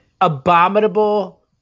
abominable